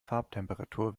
farbtemperatur